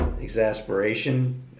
exasperation